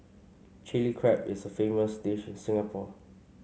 Chilli Crab is a famous dish in Singapore